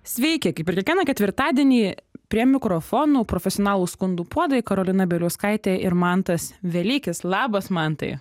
sveiki kaip ir kiekvieną ketvirtadienį prie mikrofonų profesionalų skundų puodai karolina bieliauskaitė ir mantas velykis labas mantai